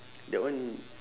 that one